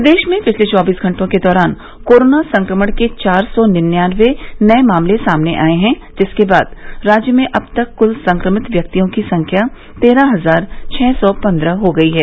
प्रदेश में पिछले चौबीस घंटों के दौरान कोरोना संक्रमण के चार सौ निन्यानबे नए मामले सामने आए हैं जिसके बाद राज्य में अब तक क्ल संक्रमित व्यक्तियों की संख्या तेरह हजार छः सौ पन्द्रह हो गई है